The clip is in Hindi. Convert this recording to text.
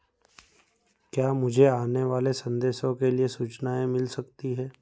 क्या मुझे आने वाले संदेशों के लिए सूचनाएँ मिल सकती हैं